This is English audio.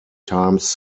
times